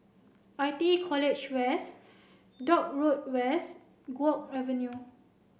I T E College West Dock Road West Guok Avenue